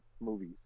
movies